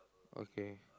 okay